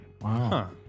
wow